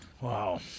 Wow